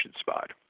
spot